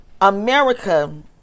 America